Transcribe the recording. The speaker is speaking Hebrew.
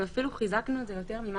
אנחנו אפילו חיזקנו את זה יותר ממה